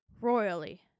royally